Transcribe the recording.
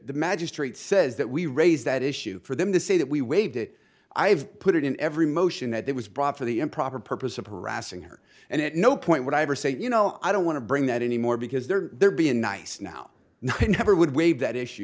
the magistrate says that we raised that issue for them to say that we waived it i've put it in every motion that it was brought for the improper purpose of harassing her and at no point did i ever say you know i don't want to bring that any more because they're they're being nice now no i never would waive that issue